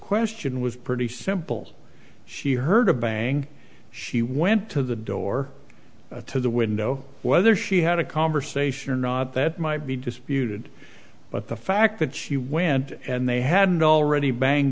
question was pretty simple she heard a bang she went to the door to the window whether she had a conversation or not that might be disputed but the fact that she went and they had already bang